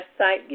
website